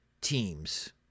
teams